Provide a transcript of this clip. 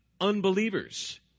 unbelievers